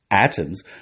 Atoms